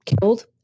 killed